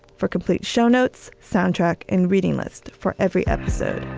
for complete show notes, soundtrack and reading list for every episode.